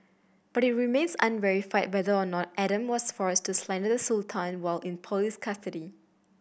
but it remains unverified whether or not Adam was forced to slander the Sultan while in police custody